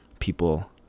people